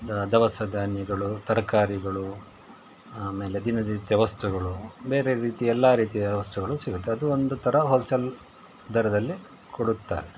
ದವಸ ಧಾನ್ಯಗಳು ತರಕಾರಿಗಳು ಆಮೇಲೆ ದಿನನಿತ್ಯ ವಸ್ತುಗಳು ಬೇರೆ ರೀತಿ ಎಲ್ಲ ರೀತಿಯ ವಸ್ತುಗಳು ಸಿಗುತ್ತೆ ಅದು ಒಂದು ಥರ ಹೋಲ್ಸೇಲ್ ದರದಲ್ಲಿ ಕೊಡುತ್ತಾರೆ